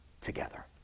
together